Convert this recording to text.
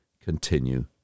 continue